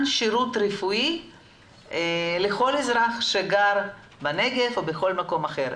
שירות רפואי לכל אזרח שגר בנגב או בכל מקום אחר.